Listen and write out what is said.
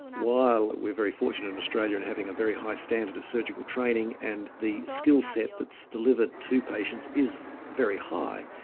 while we're very fortunate in australia in having a very high standard of surgical training and the skill set that's delivered to patients is very high.